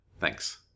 Thanks